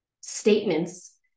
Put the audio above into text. statements